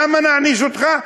למה נעניש אותך?